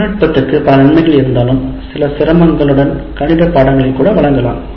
தொழில்நுட்பத்திற்கு பல நன்மைகள் இருந்தாலும் சில சிரமங்களுடன் கணித பாடங்களை கூட வழங்கலாம்